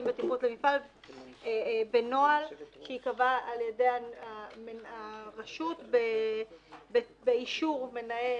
בטיחות למפעל בנוהל שייקבע על-ידי הרשות באישור מנהל